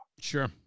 Sure